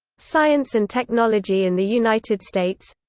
science and technology in the united states